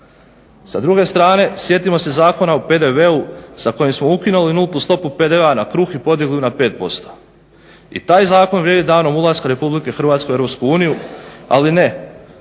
Sa druge strane sjetimo se Zakona o PDV-u sa kojim smo ukinuli nultu stopu PDV-a na kruh i podigli na 5%. I taj zakon vrijedi danom ulaska RH u EU, ali ne